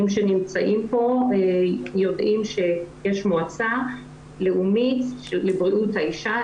שנמצאים פה יודעים שיש מועצה לאומית לבריאות האישה,